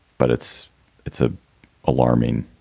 but it's it's a alarming,